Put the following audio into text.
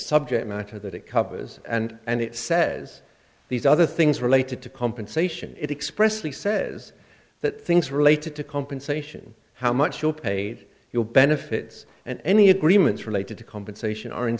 subject matter that it covers and and it says these other things related to compensation it expressly says that things related to compensation how much you paid your benefits and any agreements related to compensation